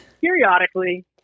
periodically